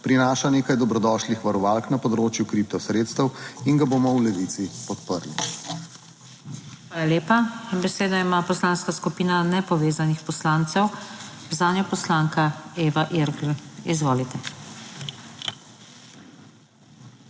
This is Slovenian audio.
prinaša nekaj dobrodošlih varovalk na področju kreditov, sredstev in ga bomo v Levici podprli.